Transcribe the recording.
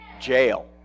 Jail